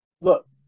Look